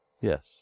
Yes